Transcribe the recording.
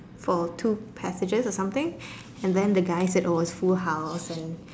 for two passages or something and then the guy said was full house and